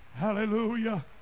Hallelujah